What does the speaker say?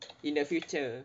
in the future